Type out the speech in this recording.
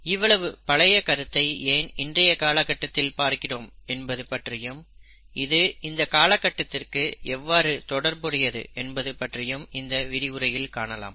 இவ்வளவு பழைய கருத்தை ஏன் இன்றைய காலகட்டத்தில் பார்க்கிறோம் என்பது பற்றியும் இது இந்த காலகட்டத்திற்கு எவ்வாறு தொடர்புடையது என்பது பற்றியும் இந்த விரிவுரையில் காணலாம்